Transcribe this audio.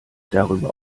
darüber